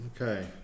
Okay